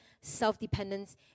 self-dependence